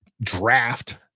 draft